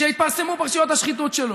כשהתפרסמו פרשיות השחיתות שלו,